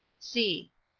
c.